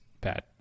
bad